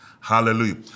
Hallelujah